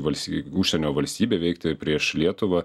valsty užsienio valstybei veikti prieš lietuvą